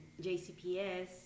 jcps